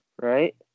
right